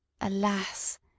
Alas